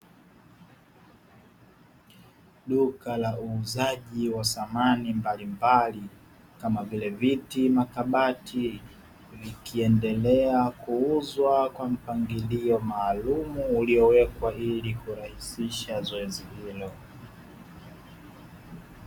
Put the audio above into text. Duka la uuzaji la samani mbalimbali kama vile viti, makabati; vikiendelea kuuzwa kwa mpangilio maalumu uliowekwa ili kurahisisha zoezi hilo.